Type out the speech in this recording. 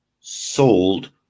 sold